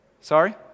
Sorry